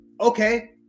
Okay